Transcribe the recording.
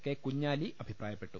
K Kunhali അഭിപ്രായപ്പെട്ടു